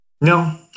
No